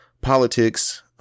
politics